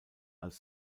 als